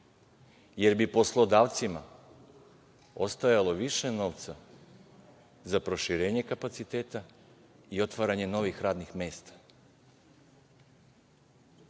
jer bi poslodavcima ostajalo više novca za proširenje kapaciteta i otvaranje novih radnih mesta.